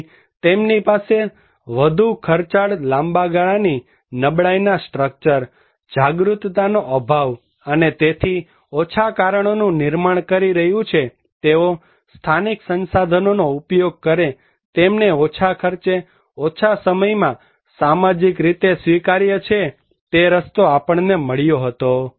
તેથી તેમની પાસે વધુ ખર્ચાળ લાંબા ગાળાની નબળાઈના સ્ટ્રક્ચર જાગરૂકતા નો અભાવ અને તેથી તે ઓછા કારણોનું નિર્માણ કરી રહ્યું છે કે તેઓ સ્થાનિક સંસાધનોનો ઉપયોગ કરે તેમને ઓછા ખર્ચે ઓછા સમયમાં સામાજિક રીતે સ્વીકાર્ય છે તે રસ્તો આપણને મળ્યો હતો